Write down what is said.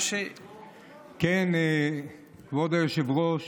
כבוד היושב-ראש,